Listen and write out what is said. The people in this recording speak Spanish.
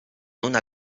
una